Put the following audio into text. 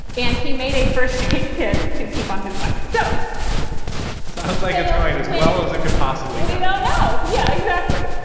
and he made a first aid kit to keep on his bike. so sounds like it's going as well as it could possibly. we don't know. yeah, exactly.